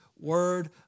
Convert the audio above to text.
word